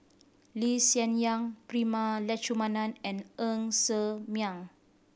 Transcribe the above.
Lee Hsien Yang Prema Letchumanan and Ng Ser Miang